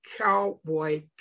Cowboy